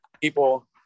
people